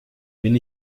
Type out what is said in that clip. bin